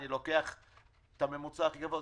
אני לוקח את הממוצע הכי גבוה,